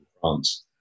France